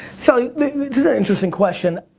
so this is an interesting question.